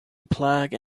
plague